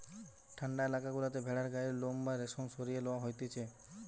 ঠান্ডা এলাকা গুলাতে ভেড়ার গায়ের লোম বা রেশম সরিয়ে লওয়া হতিছে